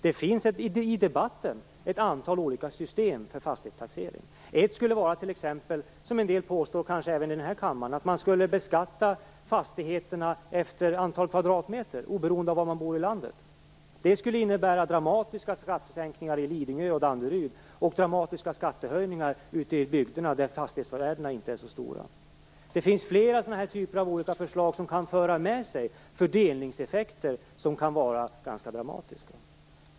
Det finns i debatten ett antal olika system för fastighetstaxering. Ett skulle t.ex. vara - kanske finns det de som förespråkar det även här i kammaren - att man beskattar fastigheterna efter antalet kvadratmeter, oberoende av var man bor i landet. Det skulle innebära dramatiska skattesänkningar i Lidingö och Danderyd och dramatiska skattehöjningar ute i bygderna där fastighetsvärdena inte är så stora. Det finns flera sådana här typer av förslag som kan föra med sig ganska dramatiska fördelningseffekter.